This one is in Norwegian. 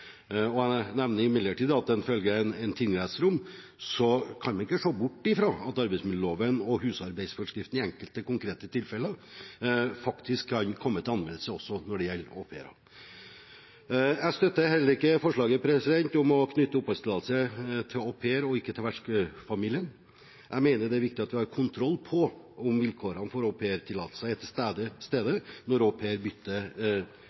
Jeg nevner imidlertid at ifølge en tingrettsdom kan vi ikke se bort fra at arbeidsmiljøloven og husarbeidsforskriften i enkelte konkrete tilfeller faktisk kan komme til anvendelse også når det gjelder au pairer. Jeg støtter heller ikke forslaget om å knytte oppholdstillatelse til au pairen og ikke til vertsfamilien. Jeg mener det er viktig at vi har kontroll på om vilkårene for aupairtillatelser er til stede når au pair bytter